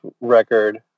record